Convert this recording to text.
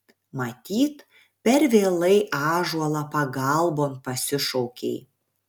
matyt per vėlai ąžuolą pagalbon pasišaukei